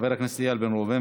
חבר הכנסת איל בן ראובן,